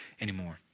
anymore